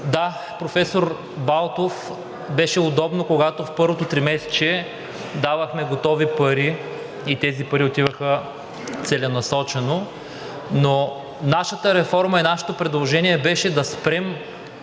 Да, професор Балтов, беше удобно, когато в първото тримесечие давахме готови пари и тези пари отиваха целенасочено. Но нашата реформа и нашето предложение беше да спрем